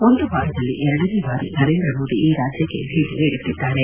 ಒಂದು ವಾರದಲ್ಲಿ ಎರಡನೇ ಬಾರಿ ನರೇಂದ್ರ ಮೋದಿ ಈ ರಾಜ್ಕ್ಷೆ ಭೇಟಿ ನೀಡುತ್ತಿದ್ದಾರೆ